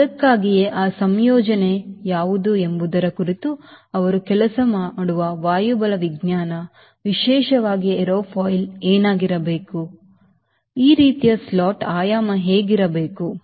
ಅದಕ್ಕಾಗಿಯೇ ಆ ಸಂಯೋಜನೆ ಯಾವುವು ಎಂಬುದರ ಕುರಿತು ಅವರು ಕೆಲಸ ಮಾಡುವ ವಾಯುಬಲವಿಜ್ಞಾನ ವಿಶೇಷವಾಗಿ ಏರೋಫಾಯಿಲ್ ಏನಾಗಿರಬೇಕು ಈ ರೀತಿಯ ಸ್ಲಾಟ್ ಆಯಾಮ ಹೇಗಿರಬೇಕು